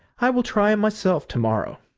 i will try him myself to-morrow.